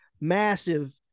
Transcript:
massive